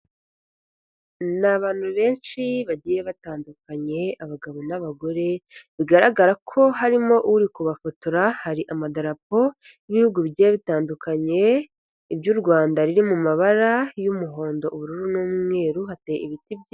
Ni abantu benshi bagiye batanduye abagabo n'abagore bigaragara ko harimo uri kubafotora, hari amadarapo y'ibihugu bigiye bitandukanye iry'u Rwanda riri mu mabara y'umuhondo, ubururu n'umweru, hateye ibiti byinshi.